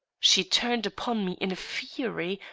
she turned upon me in a fury,